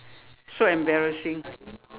so embarrassing